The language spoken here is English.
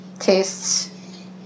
tastes